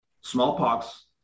smallpox